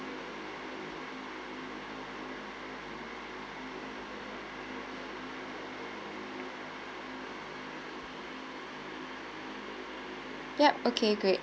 ya okay great